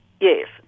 Yes